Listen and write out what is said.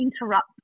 interrupt